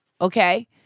Okay